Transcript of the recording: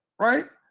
right?